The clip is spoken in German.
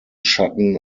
schatten